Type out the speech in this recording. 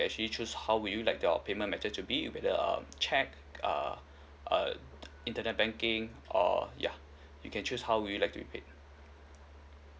can actually choose how would you like your payment method to be with the um check uh uh internet banking or ya you can choose how will you like to be paid